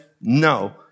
no